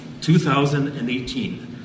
2018